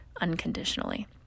unconditionally